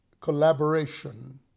collaboration